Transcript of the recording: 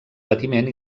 patiment